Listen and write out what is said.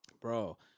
Bro